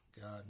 God